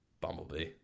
Bumblebee